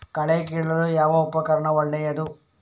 ಕಳೆ ಕೀಳಲು ಯಾವ ಉಪಕರಣ ಒಳ್ಳೆಯದು?